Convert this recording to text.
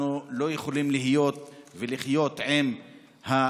אנחנו לא יכולים להיות ולחיות עם הציונות.